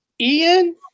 Ian